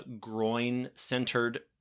groin-centered